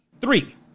three